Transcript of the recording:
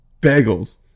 Bagels